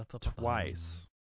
twice